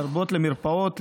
לרבות למרפאות,